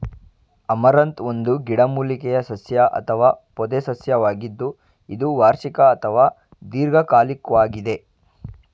amaranth ಒಂದು ಮೂಲಿಕೆಯ ಸಸ್ಯ ಅಥವಾ ಪೊದೆಸಸ್ಯವಾಗಿದ್ದು ಇದು ವಾರ್ಷಿಕ ಅಥವಾ ದೀರ್ಘಕಾಲಿಕ್ವಾಗಿದೆ